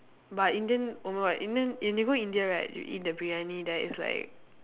but Indian oh my god Indian if you go India right you eat the Briyani there is like